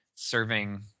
Serving